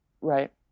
right